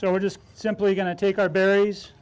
so we're just simply going to take our berries